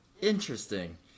interesting